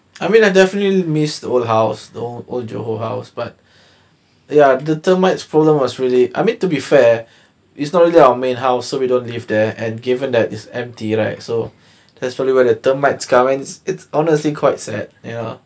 sticky sambal I mean like definitely miss woodhouse no old your whole house but ya the termites fallen was really I mean to be fair it's not really on main house so we don't live there and given that it's empty right so that's probably where the termites governments it's honestly quite sad ya